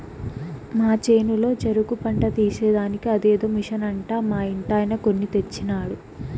మా చేనులో చెరుకు పంట తీసేదానికి అదేదో మిషన్ అంట మా ఇంటాయన కొన్ని తెచ్చినాడు